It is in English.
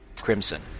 crimson